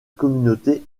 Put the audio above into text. communauté